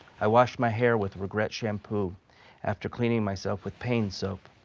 i wash my hair with regret shampoo after cleaning myself with pain soap.